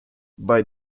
bei